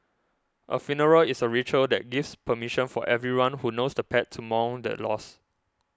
a funeral is a ritual that gives permission for everyone who knows the pet to mourn the loss